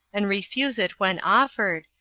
and refuse it when offered,